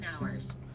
hours